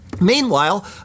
Meanwhile